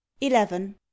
eleven